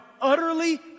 utterly